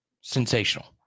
sensational